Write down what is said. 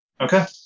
Okay